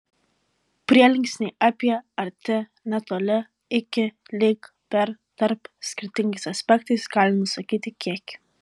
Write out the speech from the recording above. prielinksniai apie arti netoli iki lig per tarp skirtingais aspektais gali nusakyti kiekį